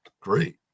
great